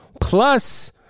Plus